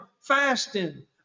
fasting